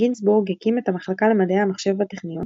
גינזבורג הקים את המחלקה למדעי המחשב בטכניון